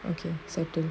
okay settle